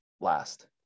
last